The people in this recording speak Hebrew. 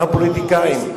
אנחנו פוליטיקאים,